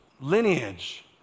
lineage